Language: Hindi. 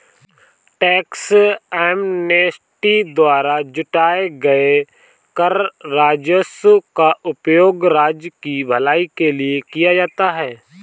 टैक्स एमनेस्टी द्वारा जुटाए गए कर राजस्व का उपयोग राज्य की भलाई के लिए किया जाता है